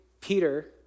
Peter